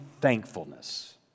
thankfulness